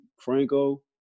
Franco